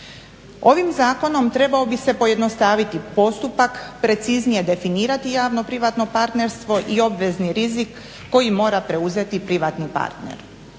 Ovim zakonom trebao bi se pojednostaviti postupak, preciznije definirati javno-privatno partnerstvo i obvezni rizik koji mora preuzeti privatni partner.